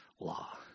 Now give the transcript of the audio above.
law